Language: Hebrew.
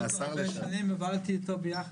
שנים, עבדתי איתו.